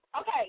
okay